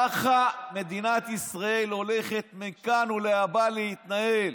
ככה מדינת ישראל הולכת מכאן להבא להתנהל.